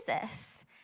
Jesus